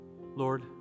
Lord